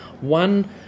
One